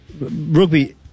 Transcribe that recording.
rugby